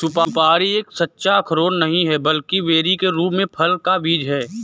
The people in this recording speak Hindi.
सुपारी एक सच्चा अखरोट नहीं है, बल्कि बेरी के रूप में फल का बीज है